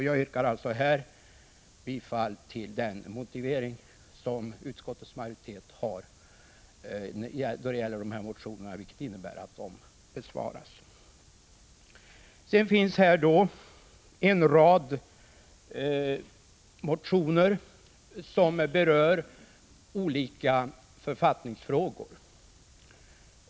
Jag yrkar med hänvisning till den motivering som utskottsmajoriteten anför att motionerna anses besvarade. Vidare behandlas här en rad motioner som berör olika författningsfrågor.